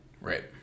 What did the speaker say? Right